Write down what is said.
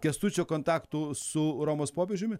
kęstučio kontaktų su romos popiežiumi